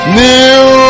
new